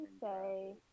say